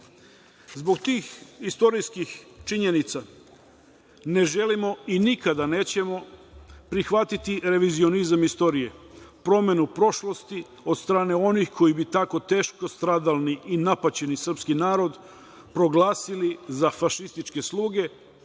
Srbi. Zbog tih istorijskih činjenica ne želimo i nikada nećemo prihvatiti revizionizam istorije, promenu prošlosti od strane onih koji bi tako teško stradalni i napaćeni srpski narod proglasili za fašističke sluge